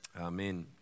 Amen